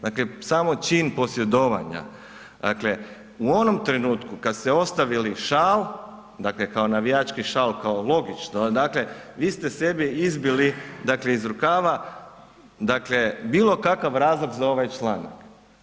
Dakle, samo čin posjedovanja, dakle u onom trenutku kad ste ostavili šal, dakle kao navijački šal kao logično, dakle vi ste sebi izbili dakle iz rukava bilo kakav razlog za ovaj članak.